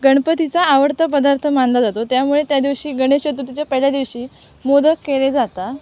गणपतीचा आवडता पदार्थ मानला जातो त्यामुळे त्यादिवशी गणेश चतुर्थीच्या पहिल्या दिवशी मोदक केले जातात